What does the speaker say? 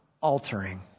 altering